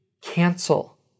cancel